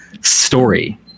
story